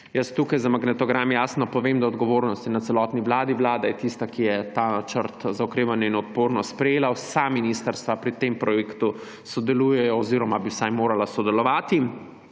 naj tu za magnetogram jasno povem, da je odgovornost na celotni Vladi; Vlada je tista, ki je Načrt za okrevanje in odpornost sprejela; vsa ministrstva pri tem projektu sodelujejo oziroma bi vsaj morala sodelovati.